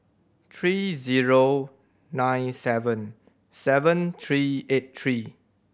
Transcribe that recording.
three zero nine seven seven three eight three